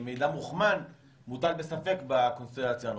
כמידע מוכמן מוטל בספק בקונסטלציה הנוכחית.